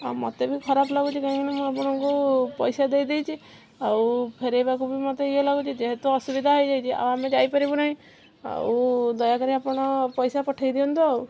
ଆଉ ମୋତେ ବି ଖରାପ ଲାଗୁଛି କାହିଁକି ନା ମୁଁ ଆପଣଙ୍କୁ ପଇସା ଦେଇଦେଇଛି ଆଉ ଫେରାଇବାକୁ ବି ମୋତେ ୟେ ଲାଗୁଛି ଯେହେତୁ ଅସୁବିଧା ହେଇଯାଇଛି ଆମେ ଯାଇପାରିବୁ ନାହିଁ ଆଉ ଦୟାକରି ଆପଣ ପଇସା ପଠାଇ ଦିଅନ୍ତୁ ଆଉ